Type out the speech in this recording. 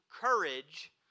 courage